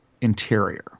interior